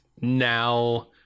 now